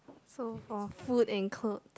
so for food and clothes